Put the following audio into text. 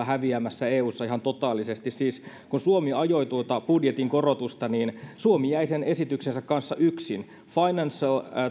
häviämässä eussa ihan totaalisesti siis kun suomi ajoi tuota budjetin korotusta niin suomi jäi sen esityksensä kanssa yksin financial